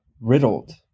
riddled